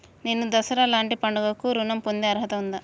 నేను దసరా లాంటి పండుగ కు ఋణం పొందే అర్హత ఉందా?